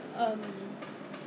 I think I we we